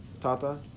Tata